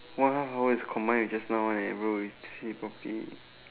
!wah! it's combined with just now leh bro see properly